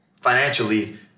financially